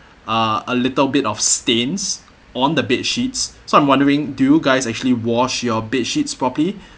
uh a little bit of stains on the bed sheets so I'm wondering do you guys actually wash your bed sheets probably